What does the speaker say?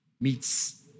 meets